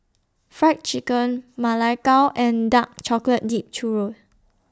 Fried Chicken Ma Lai Gao and Dark Chocolate Dipped Churro